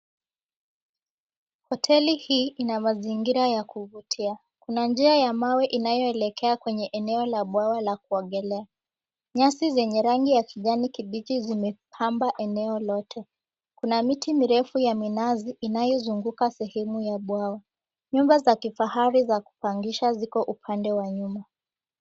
Hoteli hii ina mazingira ya kuvutia. Kuna njia ya mawe inayoelekea kwenye eneo la bwawa la kuogelea. Nyasi zenye rangi ya kijani kibichi zimepamba eneo lote. Kuna miti mirefu ya minazi inayozunguka sehemu ya bwawa. Nyumba za kifahari za kupangisha ziko upande wa nyuma.